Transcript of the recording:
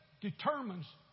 determines